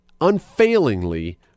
unfailingly